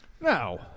Now